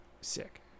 Sick